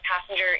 passenger